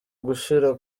gushira